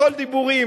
הכול דיבורים,